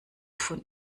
von